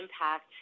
impact